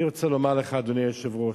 אני רוצה לומר לך, אדוני היושב-ראש,